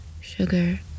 sugar